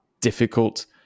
difficult